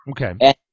Okay